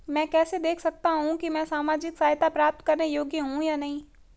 मैं कैसे देख सकता हूं कि मैं सामाजिक सहायता प्राप्त करने योग्य हूं या नहीं?